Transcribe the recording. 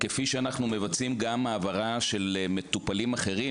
כפי שאנחנו מבצעים גם העברה של מטופלים אחרים,